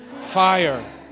fire